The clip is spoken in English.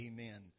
Amen